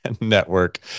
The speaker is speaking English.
network